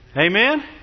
Amen